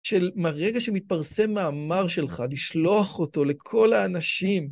של מרגע שמתפרסם מאמר שלך, לשלוח אותו לכל האנשים.